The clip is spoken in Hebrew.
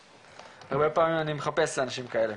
הרבה פעמים אני מחפש אנשים כאלה.